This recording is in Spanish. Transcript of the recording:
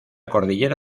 cordillera